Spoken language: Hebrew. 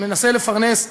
מנסה לפרסם